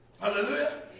Hallelujah